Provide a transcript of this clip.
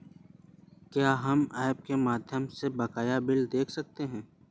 क्या हम ऐप के माध्यम से बकाया बिल देख सकते हैं?